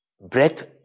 breath